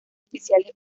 oficiales